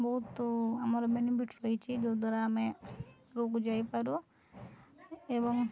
ବହୁତ ଆମର ବେନିଫିଟ୍ ରହିଛି ଯେଉଁଦ୍ୱାରା ଆମେ ଆଗକୁ ଯାଇପାରୁ ଏବଂ